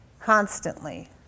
Constantly